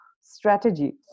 strategy